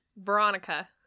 veronica